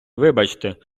вибачте